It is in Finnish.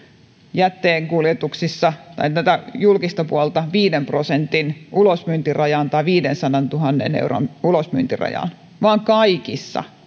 jätteenkuljetuksissa tätä julkista puolta viiden prosentin ulosmyyntirajaan tai viidensadantuhannen euron ulosmyyntirajaan vaan kaikissa